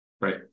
Right